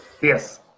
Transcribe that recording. yes